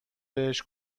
بهش